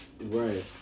Right